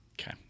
Okay